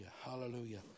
Hallelujah